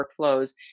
workflows